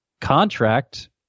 contract